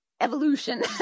evolution